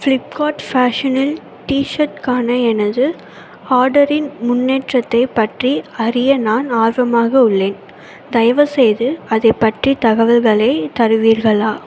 Flipkart ஃபேஷனில் T ஷர்ட்க்கான எனது ஆர்டரின் முன்னேற்றத்தைப் பற்றி அறிய நான் ஆர்வமாக உள்ளேன் தயவுசெய்து அதைப் பற்றிய தகவல்களை தருவீர்களா